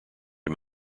him